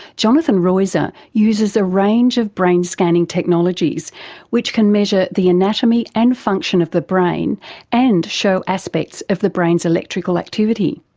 jonathan roiser uses a range of brain scanning technologies which can measure the anatomy and function of the brain and show aspects of the brain's electrical activity.